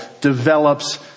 develops